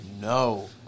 no